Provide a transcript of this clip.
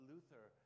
Luther